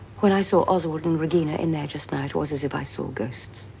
when i saw oswald and regina in there just now, it was as if i saw ghosts.